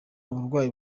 burwayi